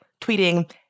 tweeting